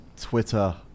Twitter